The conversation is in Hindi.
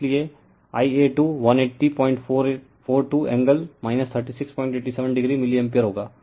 इसलिए Ia2 18042 एंगल 3687 o मिलीएम्पीयर होगा